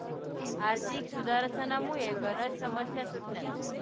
आर्थिक सुधारसनामुये गनच समस्या सुटण्यात